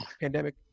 pandemic